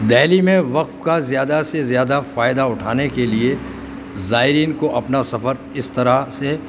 دہلی میں وقف کا زیادہ سے زیادہ فائدہ اٹھانے کے لیے زائرین کو اپنا سفر اس طرح سے